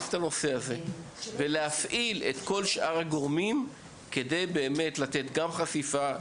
את הנושא הזה ולהפעיל את כל שאר הגורמים כדי לתת חשיפה,